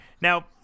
now